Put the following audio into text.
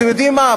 אתם יודעים מה,